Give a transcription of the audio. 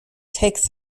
takes